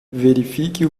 verifique